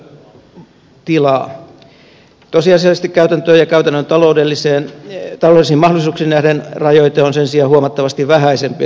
tosiasiallisesti käytäntöön ja käytännön taloudellisiin mahdollisuuksiin nähden rajoite on sen sijaan huomattavasti vähäisempi